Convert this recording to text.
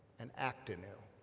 and act anew